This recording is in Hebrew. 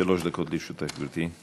שלוש דקות לרשותך, גברתי.